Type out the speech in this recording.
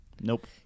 Nope